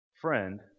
friend